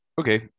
Okay